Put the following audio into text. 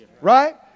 Right